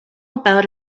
about